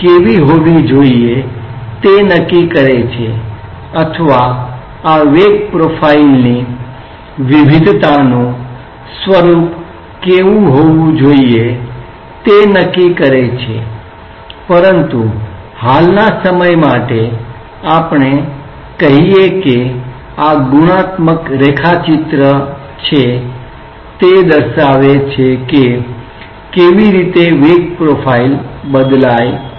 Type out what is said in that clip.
કેવી હોવી જોઈએ તે નક્કી કરે છે અથવા આ વેગ પ્રોફાઇલની વિવિધતાનું સ્વરૂપ કેવું હોવું જોઈએ તે નક્કી કરે છે પરંતુ હાલનાં સમય માટે આપણે કહીએ કે આ ગુણાત્મક રેખાચિત્ર છે તે દર્શાવે છે કે કેવી રીતે વેગ પ્રોફાઇલ બદલાય છે